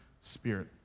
spirit